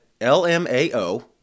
LMAO